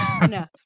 Enough